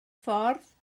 ffordd